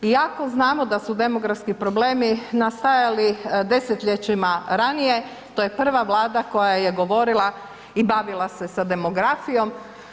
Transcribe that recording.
Iako znamo da su demografski problemi nastajali desetljećima ranije, to je prva vlada koje je govorila i bavila se sa demografijom.